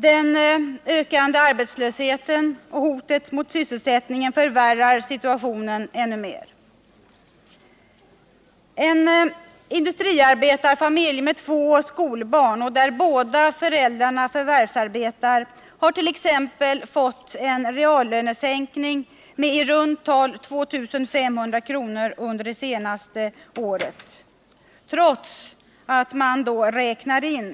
Den ökande arbetslösheten och hotet mot sysselsättningen förvärrar situationen ytterligare. En industriarbetarfamilj med två skolbarn, där båda föräldrarna förvärvsarbetar, har t.ex. fått en reallönesänkning med i runt tal 2 500 kr. under det senaste året, trots de